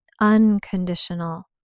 unconditional